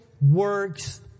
works